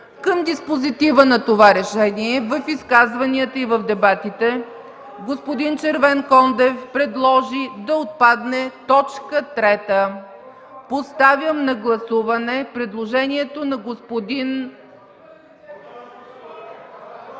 Към диспозитива на това решение в изказванията и в дебатите господин Червенкондев предложи да отпадне т. 3. Поставям на гласуване предложението на господин...